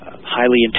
highly